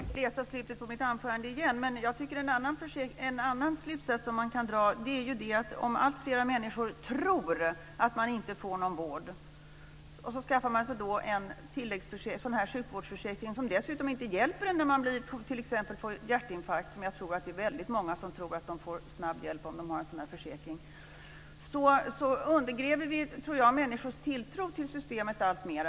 Fru talman! Jag kan ju läsa slutet på mitt anförande igen. Jag tycker att en annan slutsats som man kan dra är att om alltfler människor tror att de inte får någon vård så skaffar de sig en sjukvårdsförsäkring. Men den hjälper en inte när man t.ex. får hjärtinfarkt, vilket jag tror att väldigt många tror. De tror att de får snabb hjälp om de har en sådan här försäkring. Så undergräver vi människors tilltro till systemet alltmer.